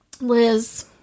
Liz